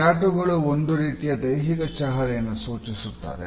tattoo ಗಳು ಒಂದು ರೀತಿಯ ದೈಹಿಕ ಚಹರೆಯನ್ನು ಸೂಚಿಸುತ್ತದೆ